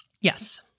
Yes